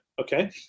Okay